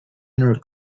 inner